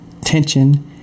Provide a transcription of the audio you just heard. tension